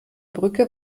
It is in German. brücke